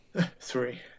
Three